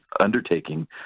Undertaking